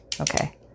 Okay